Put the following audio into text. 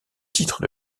titre